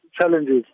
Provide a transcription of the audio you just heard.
challenges